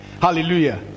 Hallelujah